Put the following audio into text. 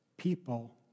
people